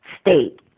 state